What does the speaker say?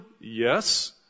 Yes